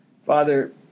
Father